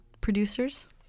producers